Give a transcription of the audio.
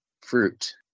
fruit